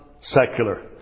secular